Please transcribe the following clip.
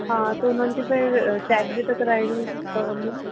हा त हुननि खे त चेक बि त कराइणी पवंदी न